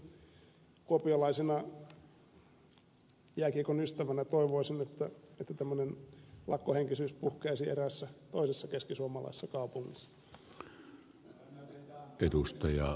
erityisesti kuopiolaisena jääkiekon ystävänä toivoisin että tämmöinen lakkohenkisyys puhkeaisi eräässä toisessa keskisuomalaisessa kaupungissa